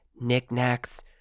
knickknacks